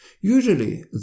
Usually